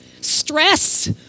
stress